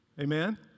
Amen